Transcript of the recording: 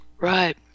Right